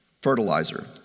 fertilizer